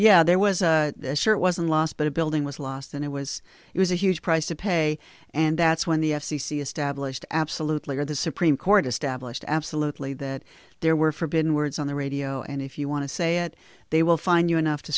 yeah there was sure it wasn't lost but a building was lost and it was it was a huge price to pay and that's when the f c c established absolutely are the supreme court established absolutely that there were forbidden words on the radio and if you want to say it they will find you enough to